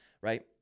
right